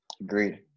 Agreed